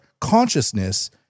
consciousness